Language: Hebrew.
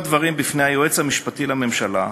הובאו הדברים בפני היועץ המשפטי לממשלה,